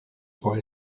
boy